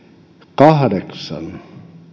kahdeksan